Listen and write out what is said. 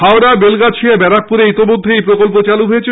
হাওড়া বেলগাছিয়া ব্যারাকপুরে ইতিমধ্যেই এই প্রকল্প চালু হয়েছে